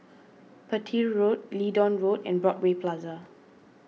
Petir Road Leedon Road and Broadway Plaza